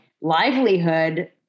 livelihood